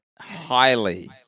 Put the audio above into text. highly